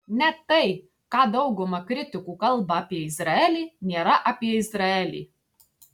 net tai ką dauguma kritikų kalba apie izraelį nėra apie izraelį